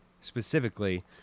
specifically